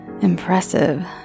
impressive